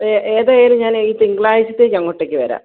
ഏതായാലും ഞാൻ ഈ തിങ്കളാഴ്ചത്തേക്ക് അങ്ങോട്ടേക്ക് വരാം